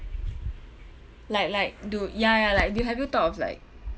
like like do ya ya like do you have you thought of like